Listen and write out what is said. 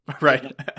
Right